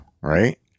Right